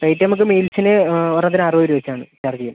rate നമ്മൾക്ക് മീൽസിന് ഓരോന്നിന് അറുപത് രൂപ വച്ചാണ് ചാർജ് ചെയ്യുക